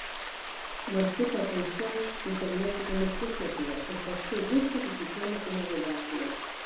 maršrutą paišiau internetiniame puslapyje ir paskui viską susikėliau į navigaciją